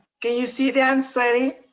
can you see that i'm sweating?